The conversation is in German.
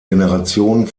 generationen